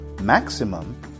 maximum